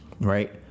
right